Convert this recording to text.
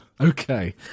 Okay